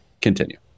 Continue